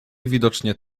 widocznie